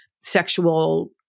sexual